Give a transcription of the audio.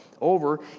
over